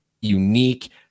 unique